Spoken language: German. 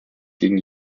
gegen